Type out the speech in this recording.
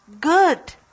good